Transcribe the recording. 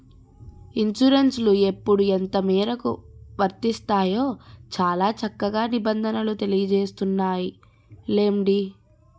ఇన్సురెన్సులు ఎప్పుడు ఎంతమేరకు వర్తిస్తాయో చాలా చక్కగా నిబంధనలు తెలియజేస్తున్నాయిలెండి